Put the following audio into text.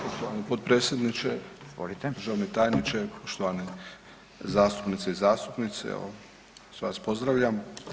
Poštovani potpredsjedniče, državni tajniče, poštovani zastupnici i zastupnice jel, sve vas pozdravljam.